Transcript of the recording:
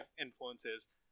influences